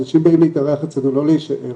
אנשים באים להתארח אצלנו, לא להישאר.